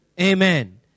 amen